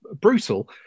brutal